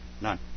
None